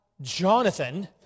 Jonathan